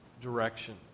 Direction